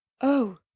Oh